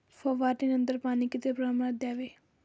फवारणीनंतर पाणी किती प्रमाणात द्यावे?